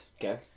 Okay